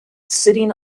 sitting